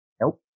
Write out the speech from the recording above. Nope